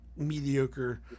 Mediocre